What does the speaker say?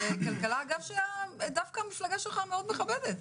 כלכלה דווקא המפלגה שלך מאוד מחבבת...